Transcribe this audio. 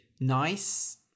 nice